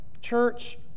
Church